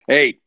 Hey